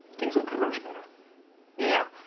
things will converge better yeah.